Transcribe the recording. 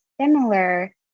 similar